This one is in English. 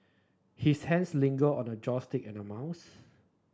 his hands lingered on the joystick and a mouse